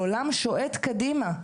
העולם שועט קדימה,